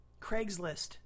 Craigslist